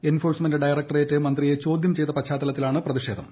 enforcement directorate മന്ത്രിയെ ചോദൃം ചെയ്ത പശ്ചാത്തലത്തിലാണ് പ്രതിഷേധം